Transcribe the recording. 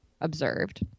observed